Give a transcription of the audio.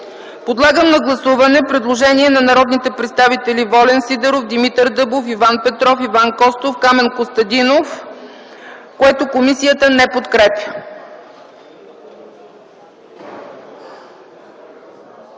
Подлагам на гласуване предложението на народните представители Волен Сидеров, Димитър Дъбов, Иван Петров, Иван Костов и Камен Костадинов, което комисията не подкрепя.